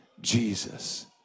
Jesus